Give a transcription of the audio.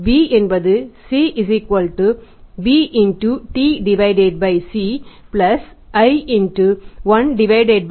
b என்பது CbTCi1C2